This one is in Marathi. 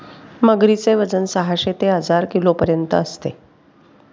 मगरीचे वजन साहशे ते हजार किलोपर्यंत असते